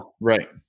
right